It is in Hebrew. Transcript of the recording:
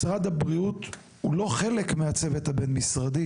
משרד הבריאות הוא לא חלק מהצוות הבין משרדי